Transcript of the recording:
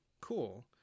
cool